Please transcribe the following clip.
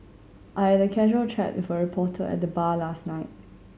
I had a casual chat with a reporter at the bar last night